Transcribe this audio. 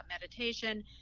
meditation